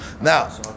now